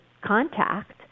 contact